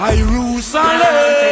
Jerusalem